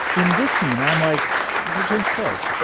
in this scene i'm like they change clothes.